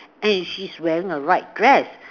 and she's wearing a white dress